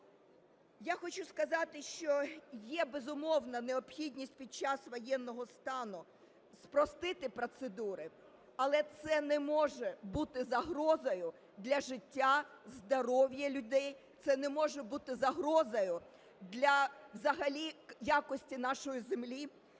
Я хочу сказати, що є, безумовно, необхідність під час воєнного стану спростити процедури, але це не може бути загрозою для життя, здоров'я людей, це не може бути загрозою для взагалі якості нашої землі.